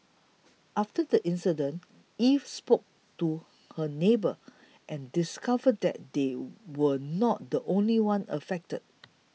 after the incident Eve spoke to her neighbour and discovered that they were not the only ones affected